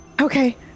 okay